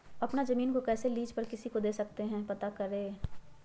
अपना जमीन को कैसे लीज पर किसी को दे सकते है कैसे पता करें?